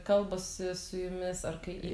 kalbasi su jumis ar kai į